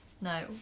no